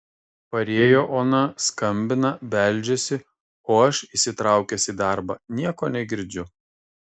parėjo ona skambina beldžiasi o aš įsitraukęs į darbą nieko negirdžiu